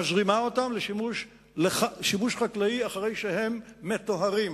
מזרימה אותם לשימוש חקלאי אחרי שהם מטוהרים.